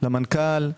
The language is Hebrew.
למנכ"ל,